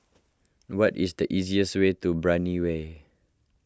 what is the easiest way to Brani Way